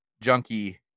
junkie